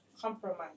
compromise